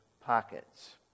pockets